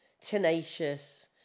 tenacious